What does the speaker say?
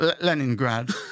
Leningrad